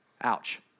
ouch